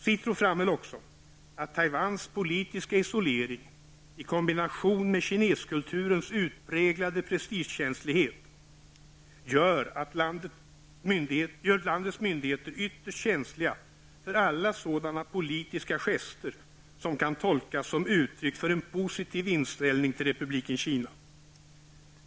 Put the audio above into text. SITRO framhöll också, att Taiwans politiska isolering i kombination med kineskulturens utpräglade prestigekänslighet gör landets myndigheter ytterst känsliga för alla sådana politiska gester som kan tolkas som uttryck för en positiv inställning till Republiken Kina.